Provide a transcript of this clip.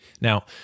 Now